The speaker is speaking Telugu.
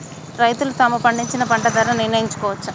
రైతులు తాము పండించిన పంట ధర నిర్ణయించుకోవచ్చా?